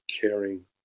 caring